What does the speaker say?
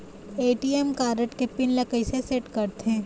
ATM card के pin ला कैसे सेट करथे?